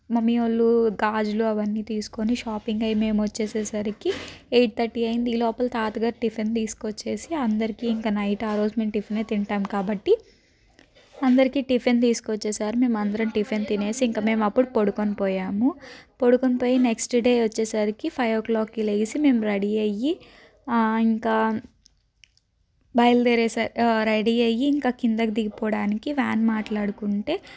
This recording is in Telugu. మమ్మీ వాళ్ళు గాజులు అవన్నీ తీసుకొని షాపింగ్ అయి మేము వచ్చేసే సరికి ఎయిట్ థర్టీ అయింది ఈ లోపల తాతగారు టిఫిన్ తీసుకొచ్చేసి అందరికీ ఇంక నైట్ ఆరోజు మేము టిఫినే తింటాము కాబట్టి అందరికీ టిఫిన్ తీసుకొచ్చేశారు మేము అందరం టిఫిన్ తినేసి ఇంక మేము అప్పుడు పడుకొని పోయాము పడుకొని పోయి నెక్స్ట్ డే వచ్చేసరికి ఫైవ్ ఓ క్లాక్కి లేసి మేము రెడీ అయ్యి ఇంకా బయలుదేరేస రెడీ అయ్యి ఇంకా కిందకు దిగిపోవడానికి వ్యాన్ మాట్లాడుకుంటే